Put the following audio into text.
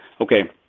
okay